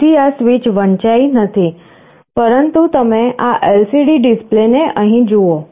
તેથી આ સ્વિચ વંચાઈ નથી પરંતુ તમે આ LCD ડિસ્પ્લેને અહીં જુઓ